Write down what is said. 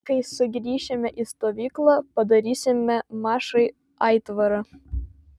kai sugrįšime į stovyklą padarysime mašai aitvarą